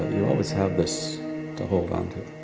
you always have this to hold onto.